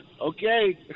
Okay